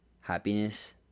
Happiness